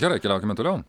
gerai keliaukime toliau